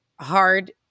Hard